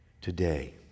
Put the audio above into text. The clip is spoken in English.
Today